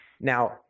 Now